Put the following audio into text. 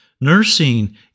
Nursing